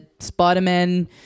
Spider-Man